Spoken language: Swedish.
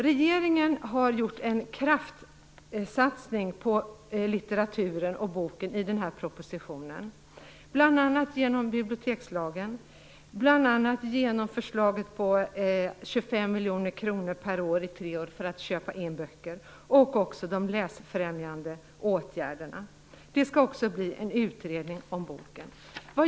Regeringen har gjort en kraftsatsning på litteraturen och boken i denna proposition, bl.a. genom bibliotekslagen, förslaget om 25 miljoner kronor per år i tre år för inköp av böcker och de läsfrämjande åtgärderna. Det skall också bli en utredning om boken.